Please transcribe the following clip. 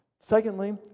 Secondly